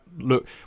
look